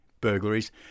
burglaries